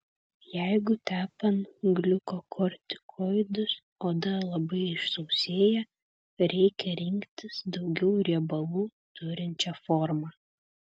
jeigu tepant gliukokortikoidus oda labai išsausėja reikia rinktis daugiau riebalų turinčią formą